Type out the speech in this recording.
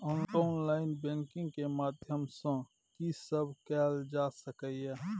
Online banking के माध्यम सं की सब कैल जा सके ये?